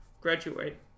graduate